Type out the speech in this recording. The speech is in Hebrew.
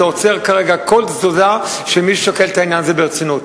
אתה עוצר כרגע כל תזוזה של מי ששוקל את העניין הזה ברצינות.